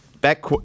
Back